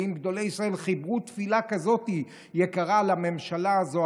ואם גדולי ישראל חיברו תפילה כזאת יקרה על הממשלה הזו,